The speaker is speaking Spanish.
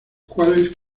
cuales